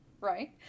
Right